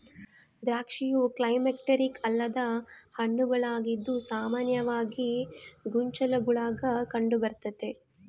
ದ್ರಾಕ್ಷಿಯು ಕ್ಲೈಮ್ಯಾಕ್ಟೀರಿಕ್ ಅಲ್ಲದ ಹಣ್ಣುಗಳಾಗಿದ್ದು ಸಾಮಾನ್ಯವಾಗಿ ಗೊಂಚಲುಗುಳಾಗ ಕಂಡುಬರ್ತತೆ